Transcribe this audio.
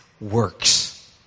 works